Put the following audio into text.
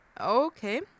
Okay